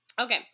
Okay